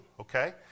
okay